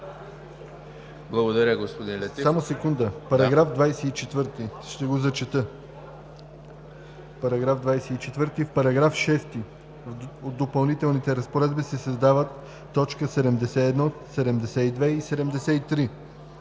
Благодаря, господин Летифов.